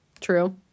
True